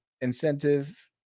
incentive